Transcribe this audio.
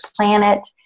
planet